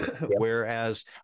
whereas